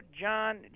John